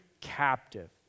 captive